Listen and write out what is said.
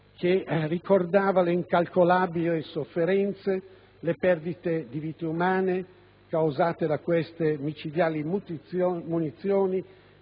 a ricordare le incalcolabili sofferenze, le perdite di vite umane causate da queste micidiali munizioni